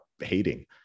hating